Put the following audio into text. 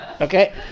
Okay